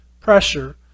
pressure